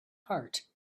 heart